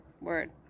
word